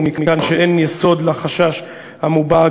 ומכאן שאין יסוד לחשש המובע,